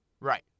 Right